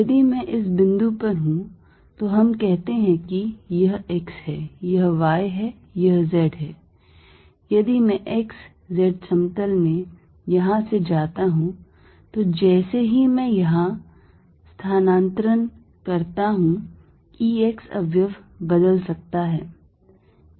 यदि मैं इस बिंदु पर हूं तो हम कहते हैं कि यह x है यह y है यह z है यदि मैं x z समतल में यहां से जाता हूं तो जैसे ही मैं यहां स्थानांतरण करता हूं E x अवयव बदल सकता है